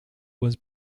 was